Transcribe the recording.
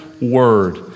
word